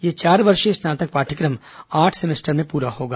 यह चार वर्षीय स्नातक पाठ्यक्रम आठ सेमेस्टर में पूरा होगा